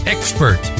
Expert